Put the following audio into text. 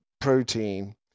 protein